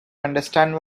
understand